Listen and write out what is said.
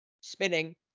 Spinning